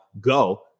go